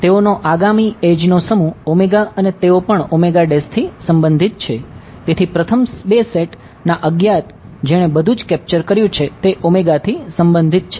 તેઓનો આગામી એડ્જ નો સમૂહ અને તેઓ પણ થી સંબંધિત કર્યું છે તે થી સંબંધિત છે